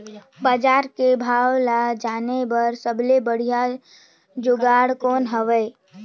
बजार के भाव ला जाने बार सबले बढ़िया जुगाड़ कौन हवय?